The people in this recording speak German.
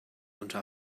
unter